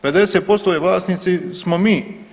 50% je vlasnici smo mi.